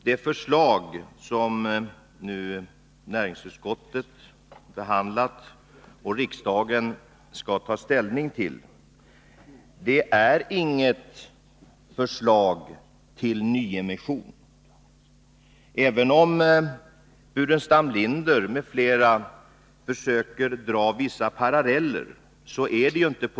Det förslag som näringsutskottet har behandlat och som riksdagen skall ta ställning till är inget förslag till nyemission, även om Staffan Burenstam Linder m.fl. försöker dra vissa paralleller.